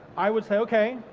i would say okay,